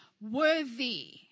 worthy